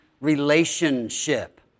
relationship